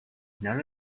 none